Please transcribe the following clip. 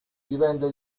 diventa